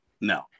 No